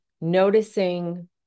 noticing